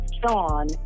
Sean